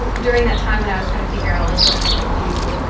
but during that time when i was trying to figure out like what i wanted to do